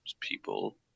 people